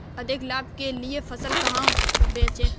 अधिक लाभ के लिए फसल कहाँ बेचें?